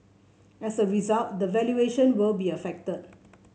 as a result the valuation will be affected